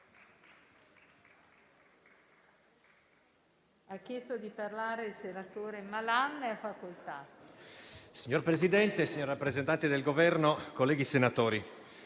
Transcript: Signor Presidente, signori rappresentanti del Governo, colleghi senatori,